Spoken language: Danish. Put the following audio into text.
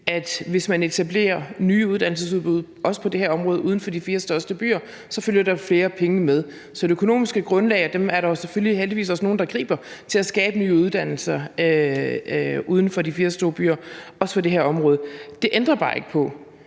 at hvis man etablerer nye uddannelsestilbud også på det her område uden for de fire største byer, følger der er flere penge med. Så det er det økonomiske grundlag, og de penge er der heldigvis også nogen, der griber til at skabe nye uddannelser uden for de fire største byer – også på det her område. Det ændrer bare ikke på,